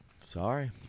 sorry